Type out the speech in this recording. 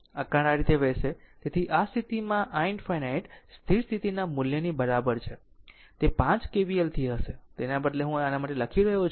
તેથી તે સ્થિતિમાં i ∞ સ્થિર સ્થિતિના મૂલ્યની બરાબર છે તે 5 KVLથી હશે તેના બદલે હું તમારા માટે લખી રહ્યો છું